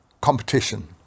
competition